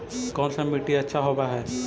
कोन सा मिट्टी अच्छा होबहय?